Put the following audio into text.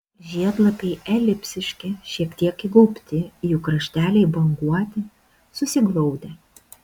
žiedlapiai elipsiški šiek tiek įgaubti jų krašteliai banguoti susiglaudę